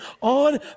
on